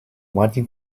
wanting